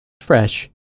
fresh